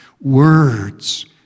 Words